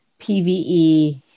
PVE